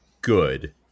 good